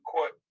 Court